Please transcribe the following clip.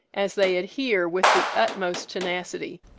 as they adhere with the utmost tenacity.